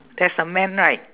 there's a man right